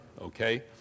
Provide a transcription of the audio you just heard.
okay